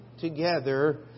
together